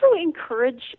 encourage